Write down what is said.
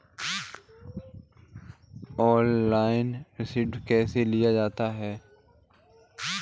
Online ऋण कैसे लिया जाता है?